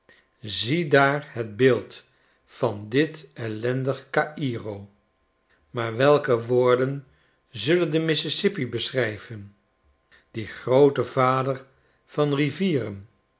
ziedaar het beeld van dit ellendig cairo maar welke woorden zullen den mississippi beschrijven dien grooten vader van rivieren